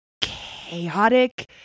chaotic